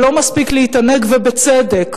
ולא מספיק להתענג ובצדק